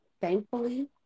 thankfully